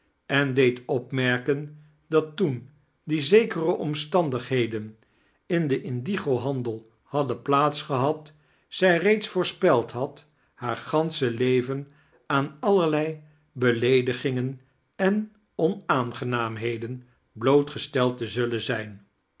en deed ppmeffken dat toen die zekere omstandigheden in den indigohandel hadden plaats gehad zij reeds voorspeld had haar gansche leven aan allerlei he-laedigingen en onaangenaamheden blootgesteld te ziillen zijn